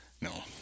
No